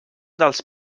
dels